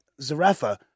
Zarafa